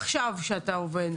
עכשיו כשאתה עובד?